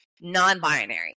non-binary